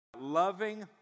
Loving